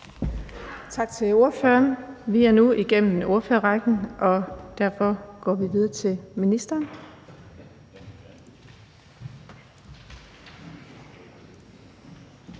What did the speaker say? Tak til ordføreren. Vi er nu igennem ordførerrækken, og derfor går vi videre til ministeren.